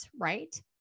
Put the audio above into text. right